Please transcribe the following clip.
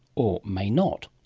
or may not.